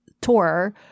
tour